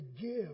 give